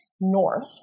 north